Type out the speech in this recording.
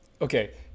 Okay